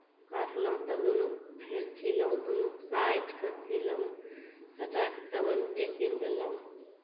काटलहुँ तब दुनू फेर सीलहुँ दूनू काटि कऽ सीलहुँ सटा कऽ तब ओहिमे टेपिंग देलहुँ